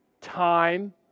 time